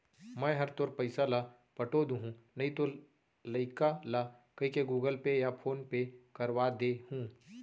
मैं हर तोर पइसा ल पठो दुहूँ नइतो लइका ल कइके गूगल पे या फोन पे करवा दे हूँ